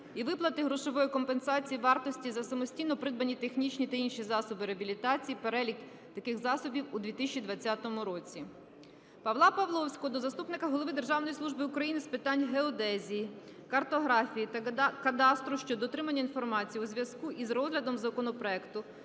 і виплати грошової компенсації вартості за самостійно придбані технічні та інші засоби реабілітації, переліків таких засобів у 2020 році. Петра Павловського до заступника голови Державної служби України з питань геодезії, картографії та кадастру щодо отримання інформації у зв'язку із розглядом законопроекту